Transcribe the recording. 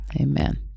Amen